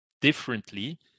differently